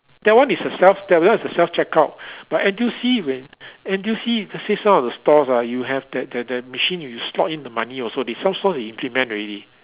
that one is a self that one is a self check out but N_T_U_C when N_T_U_C I see some of the stores ah you have that that that machine you slot in the money also they some store they implement already